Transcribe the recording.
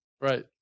right